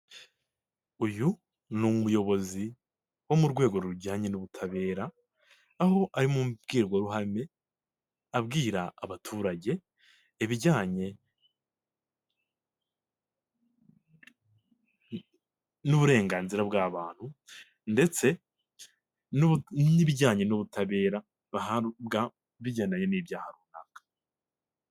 Uyu ni umuyobozi wo mu rwego rujyanye n'ubutabera aho ari mu mbwirwaruhame abwira abaturage ibijyanye n'uburenganzira bw'abantu ndetse n'ibijyanye n'ubutabera bahabwa bigenye n'ibyaha runaka.